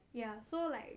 ya so like